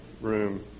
room